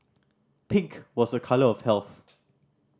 pink was a colour of health